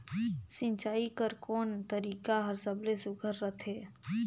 सिंचाई कर कोन तरीका हर सबले सुघ्घर रथे?